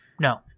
No